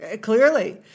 Clearly